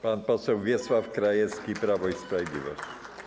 Pan poseł Wiesław Krajewski, Prawo i Sprawiedliwość.